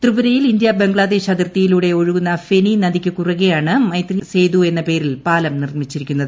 ത്രിപുരയിൽ ഇന്ത്യ ബംഗ്ലാദേശ് അതിർത്തിയിലൂടെ ഒഴുകുന്ന ഫെനി നദിയ്ക്ക് കുറുകെയാണ് ഐതി ് സേതു എന്ന പേരിൽ പാലം നിർമ്മിച്ചിരിക്കുന്നത്